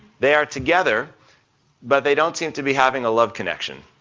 they are together but they don't seem to be having a love connection.